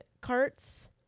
carts